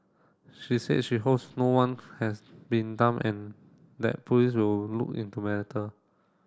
she said she hopes no one has been dump and that police will look into matter